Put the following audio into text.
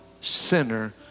sinner